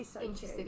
interested